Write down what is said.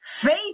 Faith